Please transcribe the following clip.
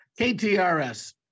KTRS